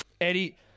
Eddie